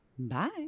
Bye